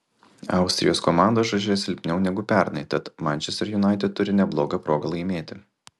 austrijos komanda žaidžia silpniau negu pernai tad manchester united turi neblogą progą laimėti